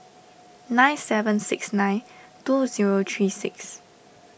nine seven six nine two zero three six